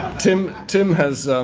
tim tim has